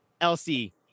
Elsie